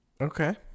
Okay